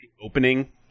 opening